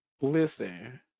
Listen